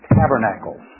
tabernacles